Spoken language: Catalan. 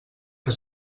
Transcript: que